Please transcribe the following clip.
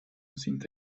cinta